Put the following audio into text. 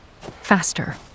faster